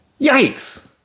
Yikes